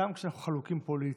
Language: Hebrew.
גם כשאנחנו חלוקים פוליטית.